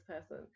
person